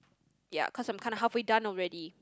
ya cause I'm kinda halfway done already